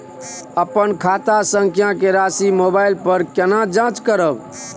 अपन खाता संख्या के राशि मोबाइल पर केना जाँच करब?